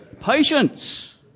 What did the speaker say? Patience